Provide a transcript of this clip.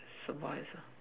survive ah